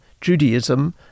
Judaism